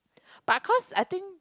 but cause I think